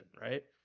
right